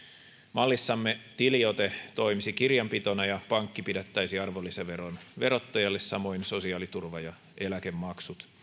mallissamme tiliote toimisi kirjanpitona ja pankki pidättäisi arvonlisäveron verottajalle samoin sosiaaliturva ja eläkemaksut